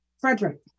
Frederick